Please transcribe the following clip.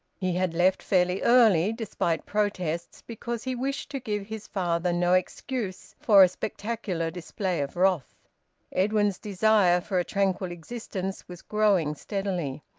he had left fairly early, despite protests, because he wished to give his father no excuse for a spectacular display of wrath edwin's desire for a tranquil existence was growing steadily.